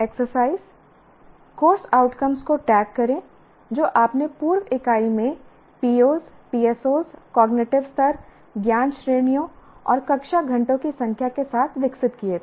exercise course outcomes को tag करें जो आपने पूर्व इकाई में POs PSOs कॉग्निटिव स्तर ज्ञान श्रेणियों और कक्षा घंटों की संख्या के साथ विकसित किए थे